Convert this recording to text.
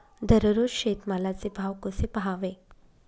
दररोज शेतमालाचे भाव कसे पहावे?